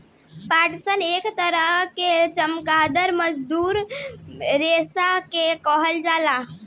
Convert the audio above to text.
पटसन एक तरह के चमकदार मजबूत रेशा के कहल जाला